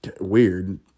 weird